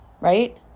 right